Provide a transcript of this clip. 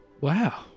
Wow